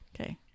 Okay